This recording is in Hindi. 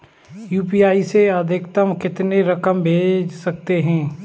यू.पी.आई से अधिकतम कितनी रकम भेज सकते हैं?